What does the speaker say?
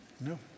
No